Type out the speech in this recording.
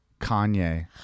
Kanye